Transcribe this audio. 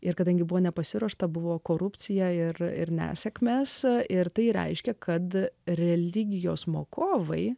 ir kadangi buvo nepasiruošta buvo korupciją ir ir nesėkmes ir tai reiškia kad religijos mokovai